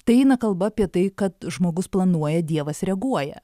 tai eina kalba apie tai kad žmogus planuoja dievas reaguoja